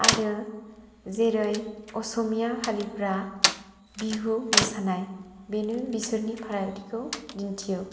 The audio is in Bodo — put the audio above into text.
आरो जेरै असमिया हारिफ्रा बिहु मोसानाय बिनि बिसोरनि फारागथिखौ दिन्थियो